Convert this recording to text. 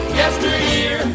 yesteryear